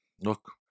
look